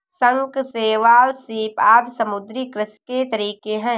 शंख, शैवाल, सीप आदि समुद्री कृषि के तरीके है